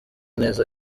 neza